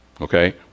Okay